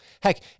Heck